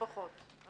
לפחות.